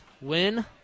win